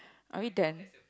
are we done